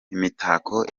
imitako